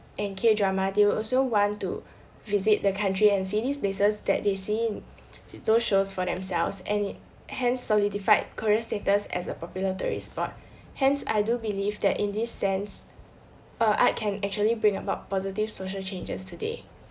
and k-drama they would also want to visit the country and see these places that they see in those shows for themselves and it hence solidified korea status as a popular tourist spot hence I do believe that in this sense uh art can actually bring about positive social changes today